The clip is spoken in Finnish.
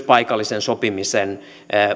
paikallisen sopimisen